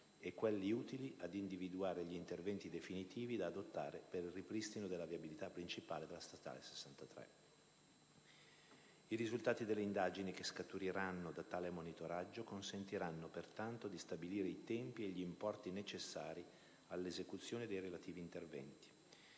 e quelli utili ad individuare gli interventi definitivi da adottare per il ripristino della viabilità principale della statale 63. I risultati delle indagini che scaturiranno da tale monitoraggio consentiranno, pertanto, di stabilire i tempi e gli importi necessari all'esecuzione dei relativi interventi.